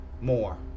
More